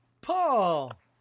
Paul